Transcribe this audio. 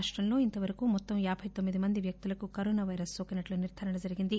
రాష్టంలో ఇంతవరకు మొత్తం యాభై తొమ్మిది వ్యక్తులకు కరోనా వైరస్ నోకినట్లు నిర్దారణ జరిగింది